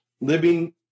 living